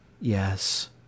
Yes